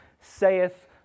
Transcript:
saith